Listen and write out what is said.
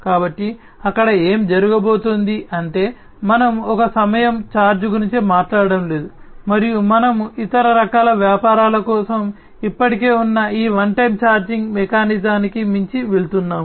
కాబట్టి అక్కడ ఏమి జరగబోతోంది అంటే మనం ఒక సమయం ఛార్జ్ గురించి మాట్లాడటం లేదు మరియు మనము ఇతర రకాల వ్యాపారాల కోసం ఇప్పటికే ఉన్న ఈ వన్ టైమ్ ఛార్జింగ్ మెకానిజానికి మించి వెళ్తున్నాము